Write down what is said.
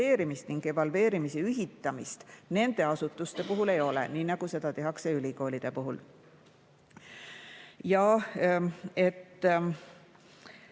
ja et